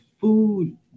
food